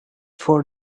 for